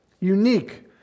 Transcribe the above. Unique